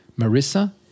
Marissa